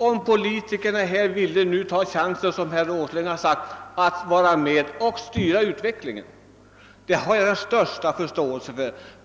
om politikerna här i riksdagen, som herr Åsling framhållit, ville ta chansen att vara med och styra utvecklingen. Jag har den största förståelse härför.